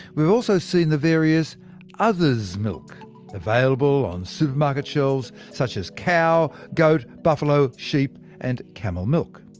we've also seen the various other's milk available on supermarket shelves, such as cow, goat, buffalo, sheep and camel milk.